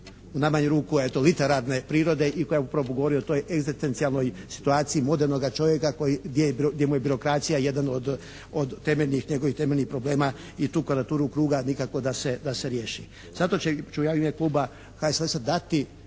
u najmanju koja je literarne prirode i koja upravo govori o toj egzistencijalnoj situaciji modernoga čovjeka gdje mu je birokracija jedan od, od temeljnih, njegovih temeljnih problema i tu kvadraturu kruga nikako da se riješi. Zato će, zato ću ja u ime Kluba HSLS-a dati